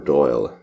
Doyle